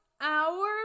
hours